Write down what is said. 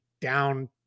down –